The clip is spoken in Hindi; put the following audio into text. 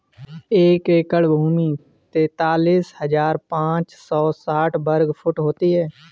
एक एकड़ भूमि तैंतालीस हज़ार पांच सौ साठ वर्ग फुट होती है